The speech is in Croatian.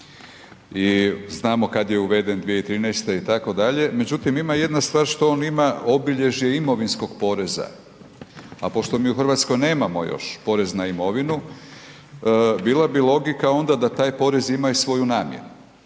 i znamo kad je uveden 2013. itd., međutim ima jedna stvar što on ima obilježje imovinskog poreza, a pošto mi u Hrvatskoj nemamo još porez na imovinu bila bi logika onda da taj porez ima i svoju namjenu.